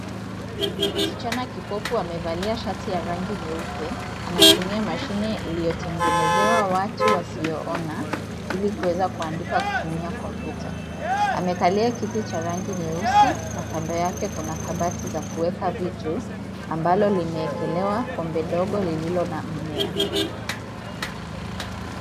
Msichana kipofu amevalia shati ya rangi nyeupe, anatumia mashine iliyotengenezewa watu wasio ona ili kuweza kuandika kutumia kompyuta, amekalia kiti cha rangi nyeusi na kando yake kuna kabati za kuweka vitu ambalo limeekelewa kombe dogo lililo na mmea.